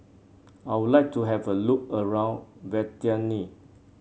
I would like to have a look around Vientiane